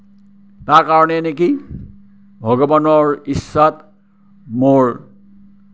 তাৰ কাৰণেই নেকি ভগৱানৰ ইচ্ছাত মোৰ